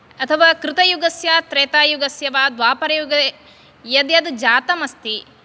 अथवा कृतयुगस्य त्रेतायुगस्य वा द्वापरयुगे यद्यज्जातम् अस्ति